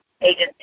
agency